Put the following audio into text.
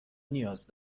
نیاز